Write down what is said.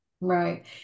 Right